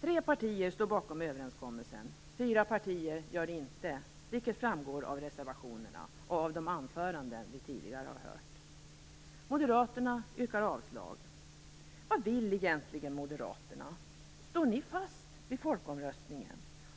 Tre partier står bakom överenskommelsen. Fyra partier gör det inte, vilket framgår av reservationerna och av de anföranden vi tidigare hört. Moderaterna yrkar avslag. Vad vill egentligen Moderaterna? Står ni fast vid folkomröstningen?